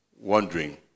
wondering